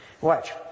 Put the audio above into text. Watch